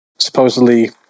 Supposedly